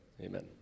amen